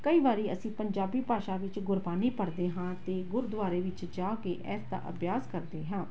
ਕਈ ਵਾਰੀ ਅਸੀਂ ਪੰਜਾਬੀ ਭਾਸ਼ਾ ਵਿੱਚ ਗੁਰਬਾਣੀ ਪੜ੍ਹਦੇ ਹਾਂ ਅਤੇ ਗੁਰਦੁਆਰੇ ਵਿੱਚ ਜਾ ਕੇ ਇਸ ਦਾ ਅਭਿਆਸ ਕਰਦੇ ਹਾਂ